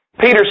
Peter